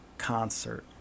concert